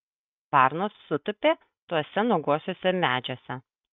varnos sutūpė tuose nuoguosiuose medžiuose